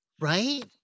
Right